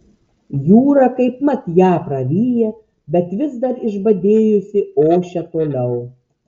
jūra kaipmat ją praryja bet vis dar išbadėjusi ošia toliau